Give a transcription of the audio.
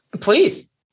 Please